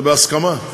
זה בהסכמה.